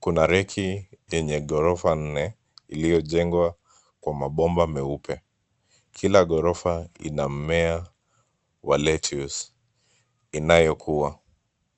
Kuna reki yenye ghorofa nne iliyojengwa kwa mabomba meupe. Kila ghorofa ina mmea wa lettuce inayokua.